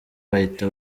bahita